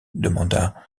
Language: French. demanda